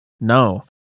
no